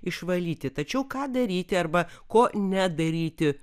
išvalyti tačiau ką daryti arba ko nedaryti